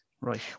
Right